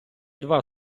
два